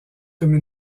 comme